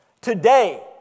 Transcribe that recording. Today